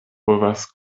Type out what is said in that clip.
povas